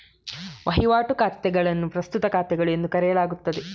ವಹಿವಾಟು ಖಾತೆಗಳನ್ನು ಪ್ರಸ್ತುತ ಖಾತೆಗಳು ಎಂದು ಕರೆಯಲಾಗುತ್ತದೆ